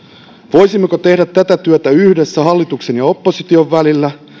voisimmeko tehdä tätä työtä yhdessä hallituksen ja opposition välillä